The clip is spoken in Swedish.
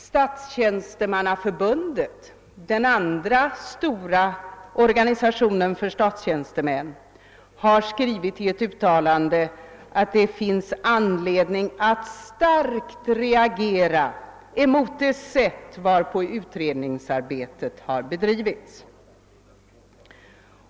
Statstjänstemannaförbundet, den andra stora organisationen för statstjänstemän, har skrivit i ett uttalande att det finns anledning att starkt reagera mot det sätt varpå utredningsarbetet bedrivits.